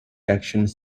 actions